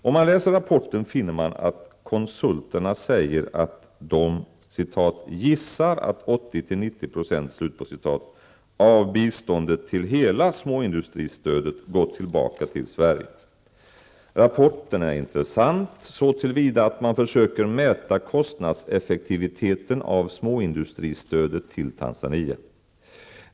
Om man läser rapporten finner man att konsulterna säger att de ''gissar att 80--90 %'' av biståndet till hela småindustristödet gått tillbaka till Sverige. Rapporten är intressant, så till vida att man försöker mäta kostnadseffektiviteten av småindustristödet till Tanzania.